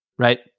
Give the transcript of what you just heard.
Right